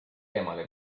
eemale